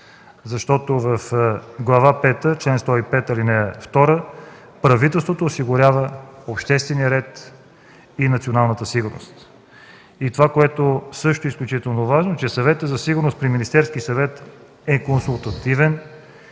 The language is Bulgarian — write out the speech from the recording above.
защото в Глава пета, чл. 105, ал. 2 правителството осигурява обществения ред и националната сигурност. И това, което също е изключително важно – че Съветът за сигурност при Министерския съвет е консултативен